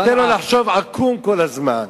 נותן לו לחשוב עקום כל הזמן,